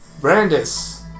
Brandis